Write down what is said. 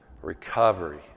recovery